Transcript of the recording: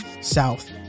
South